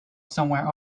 somewhere